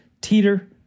teeter